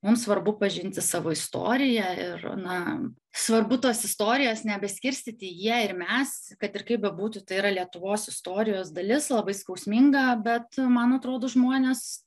mums svarbu pažinti savo istoriją ir na svarbu tos istorijos nebeskirstyti jie ir mes kad ir kaip bebūtų tai yra lietuvos istorijos dalis labai skausminga bet man atrodo žmonės